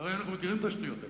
הרי אנחנו מכירים את השטויות האלה.